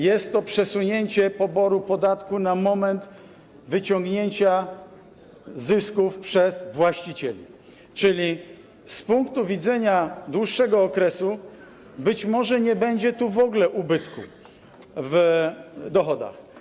Jest to przesunięcie poboru podatku na moment wyciągnięcia zysków przez właścicieli, czyli z punktu widzenia dłuższego okresu być może nie będzie tu w ogóle ubytku w dochodach.